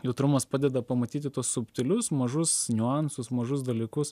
jautrumas padeda pamatyti tuos subtilius mažus niuansus mažus dalykus